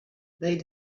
they